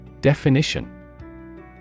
Definition